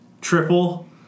Triple